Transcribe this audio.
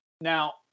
Now